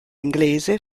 inglese